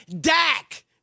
Dak